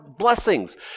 blessings